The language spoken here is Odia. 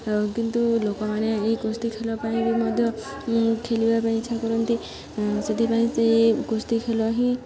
ଆଉ କିନ୍ତୁ ଲୋକମାନେ ଏହି କୁସ୍ତି ଖେଳ ପାଇଁ ବି ମଧ୍ୟ ଖେଳିବା ପାଇଁ ଇଚ୍ଛା କରନ୍ତି ସେଥିପାଇଁ ସେ କୁସ୍ତି ଖେଳ ହିଁ